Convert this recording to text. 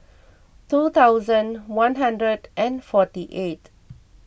two thousand one hundred and forty eight